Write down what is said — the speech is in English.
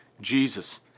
Jesus